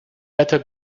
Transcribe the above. better